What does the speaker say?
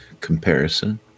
comparison